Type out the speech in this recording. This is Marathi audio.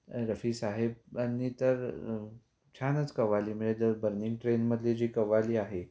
रफीसाहेबांनी तर छानच कव्वाली म्हणजे बर्निंग ट्रेनमधली जी कव्वाली आहे